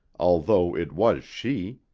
although it was she.